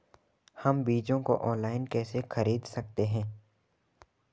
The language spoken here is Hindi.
हम बीजों को ऑनलाइन कैसे खरीद सकते हैं?